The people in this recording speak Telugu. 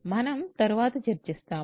మనం తరువాత చర్చిస్తాము